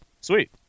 sweet